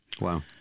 wow